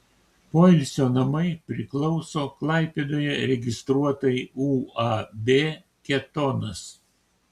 poilsio namai priklauso klaipėdoje registruotai uab ketonas